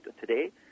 today